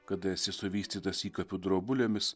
kada esi suvystytas įkapių drobulėmis